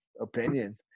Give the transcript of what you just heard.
opinion